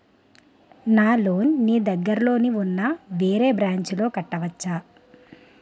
నా లోన్ నీ దగ్గర్లోని ఉన్న వేరే బ్రాంచ్ లో కట్టవచా?